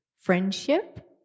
friendship